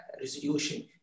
resolution